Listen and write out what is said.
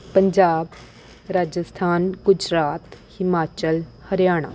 Punjab Rajasthan Gujarat Himachal Haryana